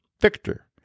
Victor